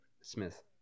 Smith